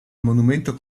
monumento